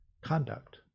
conduct